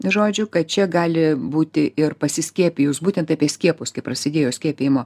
žodžiu kad čia gali būti ir pasiskiepijus būtent apie skiepus kaip prasidėjo skiepijimo